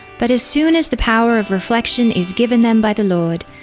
but as soon as the power of reflection is given them by the lord,